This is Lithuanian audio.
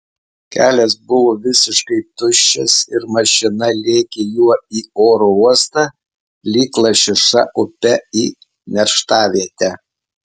kelias buvo visiškai tuščias ir mašina lėkė juo į oro uostą lyg lašiša upe į nerštavietę